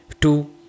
two